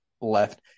left